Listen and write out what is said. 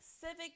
civic